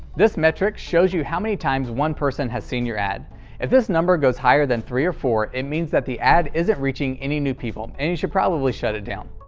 this metric shows how many times one person has seen your ad if this number goes higher than three or four, it means that the ad isn't reaching any new people and you should probably shut it down.